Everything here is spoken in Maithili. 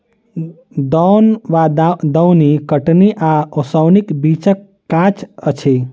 दौन वा दौनी कटनी आ ओसौनीक बीचक काज अछि